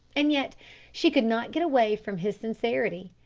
and yet she could not get away from his sincerity.